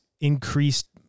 increased